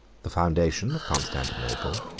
the foundation of constantinople,